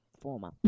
former